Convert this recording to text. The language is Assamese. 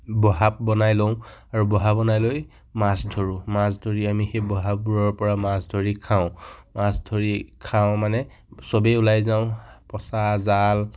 বহা বনাই লওঁ আৰু বহা বনাই লৈ মাছ ধৰোঁ মাছ ধৰি আমি সেই বহাবোৰৰপৰা মাছ ধৰি খাওঁ মাছ ধৰি খাওঁ মানে চবেই ওলাই যাওঁ পঁচা জাল